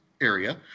area